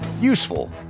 useful